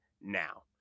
now